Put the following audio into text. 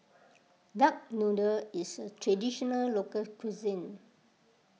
Duck Noodle is a Traditional Local Cuisine